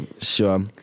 sure